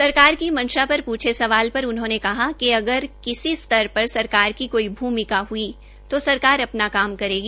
सरकार की मंशा पर पूछे सवाल पर उन्होंने कहा कि अगर किसी स्तर पर सरकार की कोई भूमिका ह्ई तो सरकार अपना काम करेगी